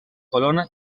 colón